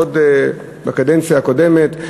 עוד בקדנציה הקודמת,